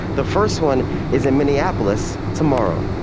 the first one is in minneapolis tomorrow.